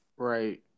right